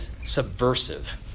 subversive